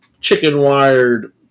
chicken-wired